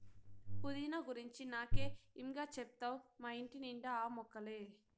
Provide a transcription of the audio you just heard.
పుదీనా గురించి నాకే ఇం గా చెప్తావ్ మా ఇంటి నిండా ఆ మొక్కలే